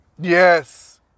yes